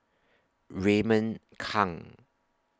Raymond Kang